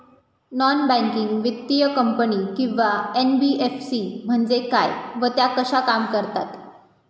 Non banking वित्तीय company किंवा NBFC म्हणजे काय व त्या कशा काम करतात?